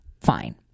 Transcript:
fine